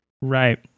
Right